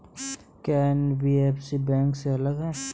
क्या NBFC bank से अलग है?